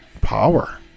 Power